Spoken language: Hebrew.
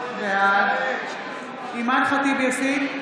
בעד אימאן ח'טיב יאסין,